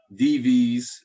dvs